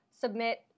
submit